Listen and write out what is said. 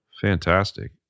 Fantastic